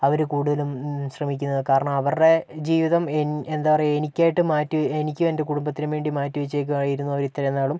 അവര് കൂടുതലും ശ്രമിക്കുന്നത് കാരണം അവരുടെ ജീവിതം എന്താ പറയുക എനിക്കായിട്ട് മാറ്റി എനിക്കും എന്റെ കുടുംബത്തിനും വേണ്ടി മാറ്റി വച്ചിരിക്കുകയായിരുന്നു അവർ ഇത്രയും നാളും